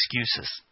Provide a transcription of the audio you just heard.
excuses